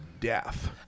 death